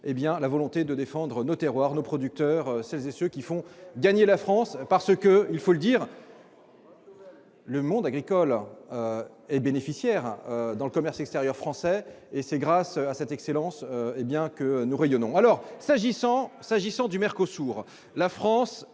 la volonté de défendre nos terroirs nos producteurs celles et ceux qui font gagner la France parce que, il faut le dire. Le monde agricole est bénéficiaire dans le commerce extérieur français et c'est grâce à cette excellence et bien que nous rayonnant alors s'agissant, s'agissant du maire